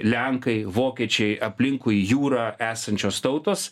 lenkai vokiečiai aplinkui jūrą esančios tautos